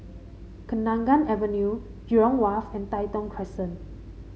Kenanga Avenue Jurong Wharf and Tai Thong Crescent